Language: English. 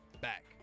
back